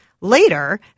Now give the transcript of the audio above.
later